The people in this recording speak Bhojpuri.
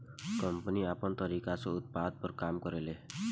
कम्पनी आपन तरीका से उत्पाद पर काम करेले